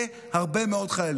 זה הרבה מאוד חיילים.